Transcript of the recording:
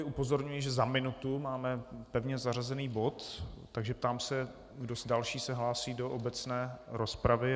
Upozorňuji, že za minutu máme pevně zařazený bod, takže se ptám, kdo další se hlásí do obecné rozpravy.